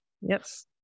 Yes